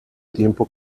tiempo